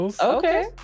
Okay